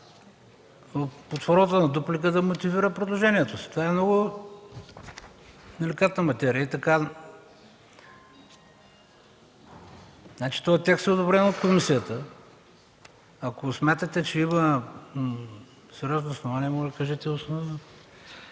под формата на дуплика да мотивира предложението си. Това е много деликатна материя. Този текст е одобрен от комисията. Ако смятате, че имате сериозни основания, моля да кажете